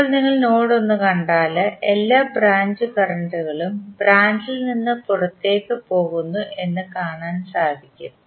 ഇപ്പോൾ നിങ്ങൾ നോഡ് 1 കണ്ടാൽ എല്ലാ ബ്രാഞ്ച് കറണ്ട്ഉകളും ബ്രാഞ്ച് ഇൽ നിന്ന് പുറത്തേക്കു പോകുന്നു എന്ന് കാണാൻ സാധിക്കും